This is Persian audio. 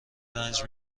رنج